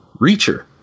Reacher